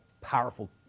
powerful